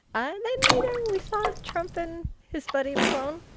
and then, you know, we saw trump and his buddy macron.